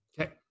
Okay